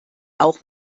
auch